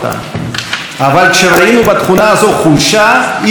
אבל כשראינו בתכונה הזו חולשה, היא החלישה אותנו.